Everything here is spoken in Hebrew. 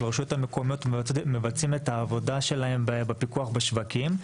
הרשויות המקומיות מבצעים את העבודה שלהם בפיקוח בשווקים.